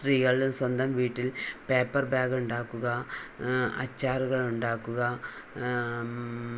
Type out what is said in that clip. സ്ത്രീകൾ സ്വന്തം വീട്ടിൽ പേപ്പർ ബാഗുകൾ ഉണ്ടാക്കുക അച്ചാറുകൾ ഉണ്ടാക്കുക